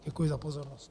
Děkuji za pozornost.